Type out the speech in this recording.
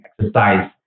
exercise